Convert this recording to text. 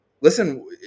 listen